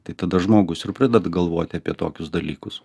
tai tada žmogus ir pradedat galvoti apie tokius dalykus